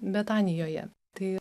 betanijoje tai